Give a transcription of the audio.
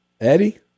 Eddie